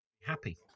happy